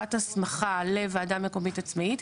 הארכת הסמכה לוועדה מקומית עצמאית,